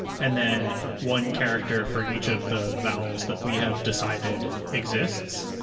and then one character for each of the vowels that we have decided exists,